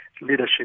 leadership